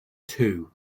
two